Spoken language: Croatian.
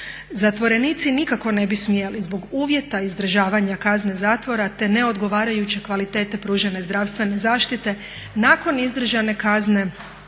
Zatvorenici nikako ne bi smjeli zbog uvjeta izdržavanja kazne zatvora, te neodgovarajuće kvalitete pružene zdravstvene zaštite nakon izdržane kazne